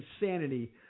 insanity